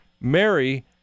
Mary